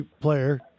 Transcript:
player